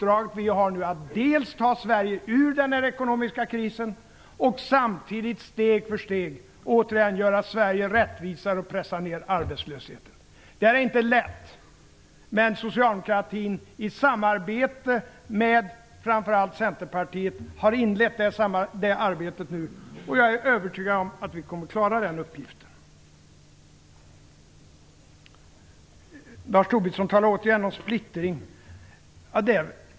Vi har nu uppdraget att dels ta Sverige ur den ekonomiska krisen, dels samtidigt steg för steg återigen göra Sverige rättvisare och pressa ner arbetslösheten. Det är inte lätt, men socialdemokratin har nu i samarbete med framför allt Centerpartiet inlett det arbetet, och jag är övertygad om att vi kommer att klara den uppgiften. Lars Tobisson talar återigen om splittring.